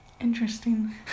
Interesting